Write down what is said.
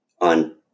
on